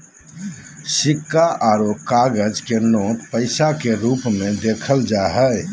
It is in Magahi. सिक्का आरो कागज के नोट पैसा के रूप मे देखल जा हय